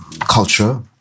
culture